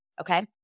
okay